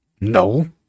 No